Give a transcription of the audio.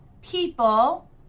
People